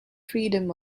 freedom